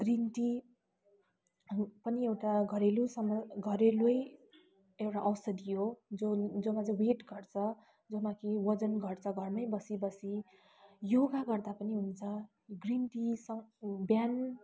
green tea पनि एउटा घरेलु सम घरेलु एउटा औषधी हो जस जसमा चाहिँ वेट घट्छ जसमा कि वजन घट्छ घरमा बसी बसी योगा गर्दा पनि हुन्छ ग्रिन टिसँग बिहान